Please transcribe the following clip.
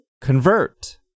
convert